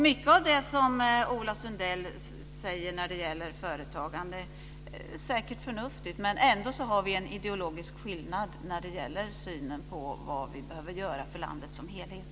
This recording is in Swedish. Mycket av det som Ola Sundell säger om företagande är säkert förnuftigt. Men vi har ändå en ideologisk skillnad i synen på vad vi behöver göra för landet som helhet.